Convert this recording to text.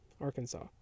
Arkansas